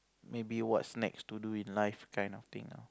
maybe what's next to do in life kind of thing ah